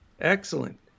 excellent